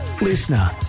Listener